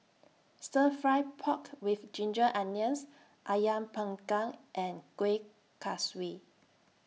Stir Fry Pork with Ginger Onions Ayam Panggang and Kuih Kaswi